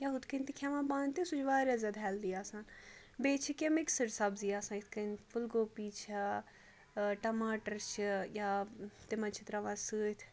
یا ہُتھٕ کٔنۍ تہِ کھیٚوان پانہٕ تہِ سُہ چھُ واریاہ زیادٕ ہیٚلدی آسان بیٚیہِ چھِ کیٚنٛہہ مِکسٕڈ سبزی آسان یِتھٕ کٔنۍ پھُل گوپی چھا ٹماٹَر چھِ یا تِمَن چھِ ترٛاوان سۭتۍ